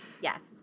Yes